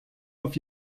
auf